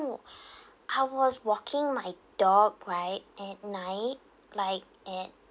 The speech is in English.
oh I was walking my dog right at night like at